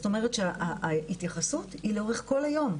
זאת אומרת שההתייחסות היא לאורך כל היום.